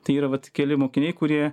tai yra vat keli mokiniai kurie